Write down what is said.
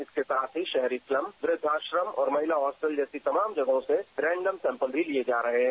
इसके साथ ही शहरी स्लम वृद्वाश्रम और महिला हॉस्टल जैसी तमाम जगहों से रैंडम सैम्पल भी लिये जा रहे हैं